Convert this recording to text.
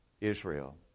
Israel